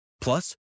Plus